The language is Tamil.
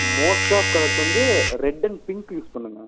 மோஸ்ட் ஆஃப் கலர்ஸ் வந்து ரெட் அண்ட் பிங்க்கு யூஸ் பண்ணுங்கள்